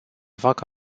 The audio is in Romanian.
facă